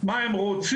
מה הם רוצים,